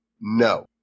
No